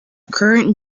current